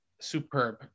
superb